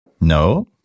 No